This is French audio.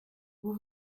vous